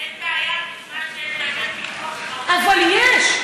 אין בעיה, בתנאי שיש באמת פיקוח על, אבל יש.